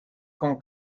con